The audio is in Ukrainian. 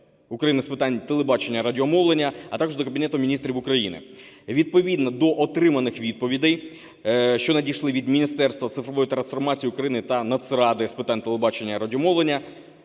України з питань телебачення і радіомовлення, а також до Кабінету Міністрів України. Відповідно до отриманих відповідей, що надійшли від Міністерства цифрової трансформації України та Нацради з питань телебачення і радіомовлення,